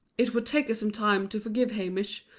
it would take her some time to forgive hamish,